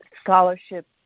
scholarship